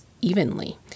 evenly